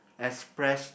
express